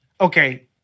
okay